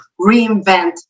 reinvent